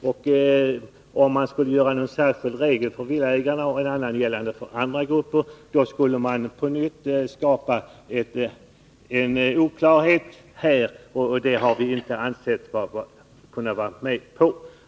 Skulle man införa en särskild Avdragsoch regel för villaägarna och ha en annan för andra grupper skulle man på nytt uppgiftsskyldighet skapa en oklarhet, och det har vi inte kunnat vara med på.